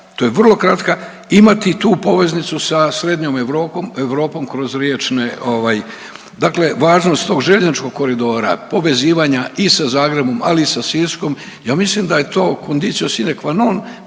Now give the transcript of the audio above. to je vrlo kratka, imati i tu poveznicu sa srednjom Europom kroz riječne ovaj. Dakle važnost tog željezničkog koridora, povezivanja i sa Zagrebom, ali i sa Siskom, ja mislim da je to condicio sine qua non